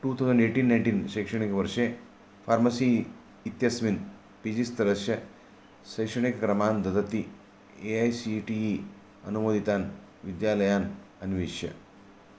two thousand eighteen nineteen शैक्षणिकवर्षे pharmacy इत्यस्मिन् P G स्तरस्य शैक्षणिकक्रमान् ददति A I C T E अनुमोदितान् विद्यालयान् अन्विष